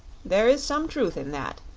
there is some truth in that,